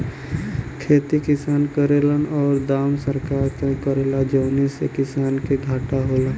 खेती किसान करेन औरु दाम सरकार तय करेला जौने से किसान के घाटा होला